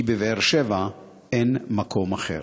כי בבאר-שבע אין מקום אחר.